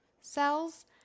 cells